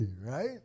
right